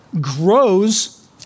grows